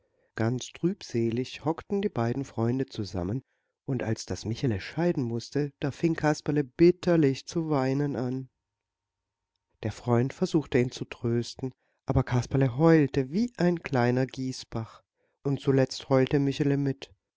ganz trübselig hockten die beiden freunde zusammen und als das michele scheiden mußte da fing kasperle bitterlich zu weinen an der freund versuchte ihn zu trösten aber kasperle heulte wie ein kleiner gießbach und zuletzt heulte michele mit